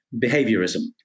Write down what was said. behaviorism